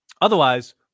Otherwise